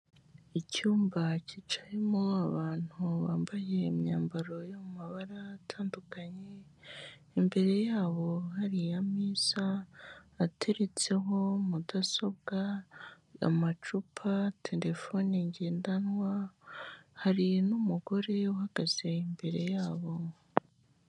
Icyumba cyicayemo abantu bambaye imyambaro yo mu mabara atandukanye, imbere yabo hari ameza ateretseho mudasobwa, amacupa, terefone ngendanwa. Hari n'umugore uhagaze imbere yabo.